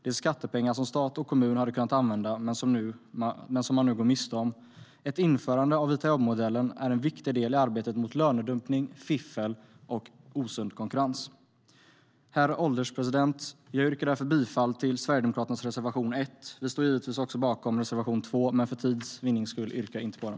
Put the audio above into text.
Det är skattepengar som stat och kommun hade kunnat använda men som man nu går miste om. Ett införande av vita-jobb-modellen är en viktig del i arbetet mot lönedumpning, fiffel och osund konkurrens. Herr ålderspresident! Jag yrkar bifall till Sverigedemokraternas reservation 1. Vi står givetvis också bakom reservation 2, men för tids vinnande yrkar jag inte bifall till den.